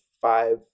five